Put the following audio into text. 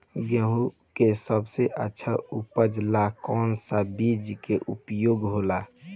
गेहूँ के सबसे अच्छा उपज ला कौन सा बिज के उपयोग होला?